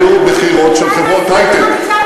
היו מכירות של חברות היי-טק,